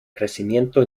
crecimiento